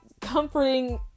comforting